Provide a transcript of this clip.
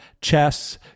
chess